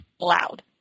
loud